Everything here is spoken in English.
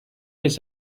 his